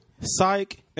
Psych